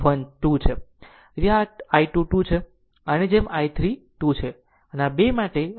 આ હું આ I2 2 છે આ આની જેમ i3 2 છે